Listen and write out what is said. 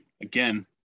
again